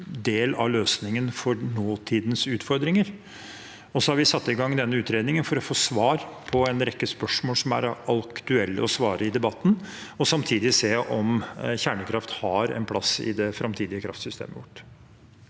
del av løsningen for nåtidens utfordringer. Vi har satt i gang denne utredningen for å få svar på en rekke spørsmål som er aktuelle å svare på i debatten, og samtidig se om kjernekraft har en plass i det framtidige kraftsystemet vårt.